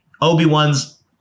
Obi-Wan's –